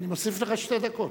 אני מוסיף לך שתי דקות.